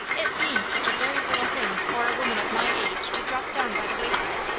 it seems such a very little thing for a woman of my age to drop down by the wayside.